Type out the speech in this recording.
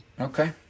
Okay